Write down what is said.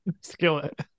Skillet